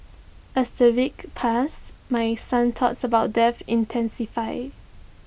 as the weeks passed my son's thoughts about death intensified